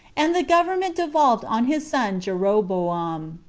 and the government devolved on his son jeroboam.